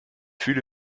fühle